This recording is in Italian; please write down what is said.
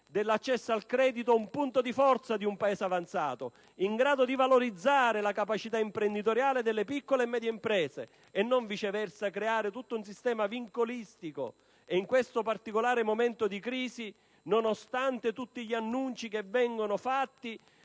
dell'accesso al credito un punto di forza di un Paese avanzato, in grado di valorizzare la capacità imprenditoriale delle piccole e medie imprese, e non, viceversa, un sistema vincolistico. In questo particolare momento di crisi, nonostante tutti gli annunci che vengono fatti,